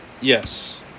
yes